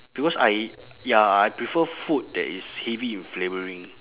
because I ya I prefer food that is heavy in flavouring